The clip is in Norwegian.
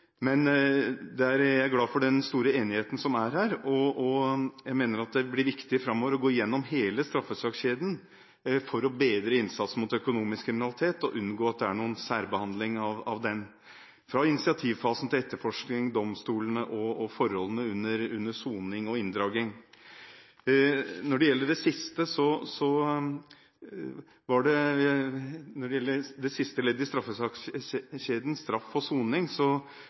er glad for den store enigheten som er her, og jeg mener at det blir viktig framover å gå gjennom hele straffesakskjeden for å bedre innsatsen mot økonomisk kriminalitet, og unngå at det er noen særbehandling av den, fra initiativfasen til etterforskning, domstolene og forholdene under soning og inndragning. Når det gjelder det siste leddet i straffesakskjeden, straff og soning, var det en interessant kommentar som BI-professoren Petter Gottschalk hadde i